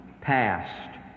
Past